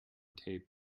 tape